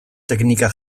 teknika